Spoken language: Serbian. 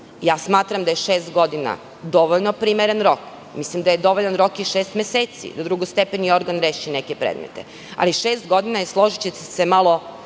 Smatram da je šest godina dovoljno primeren rok. Mislim da je dovoljan rok i šest meseci da drugostepeni organ reši neke predmete, ali šest godina je, složićete se, malo